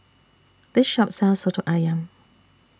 This Shop sells Soto Ayam